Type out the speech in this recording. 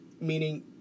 meaning